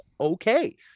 okay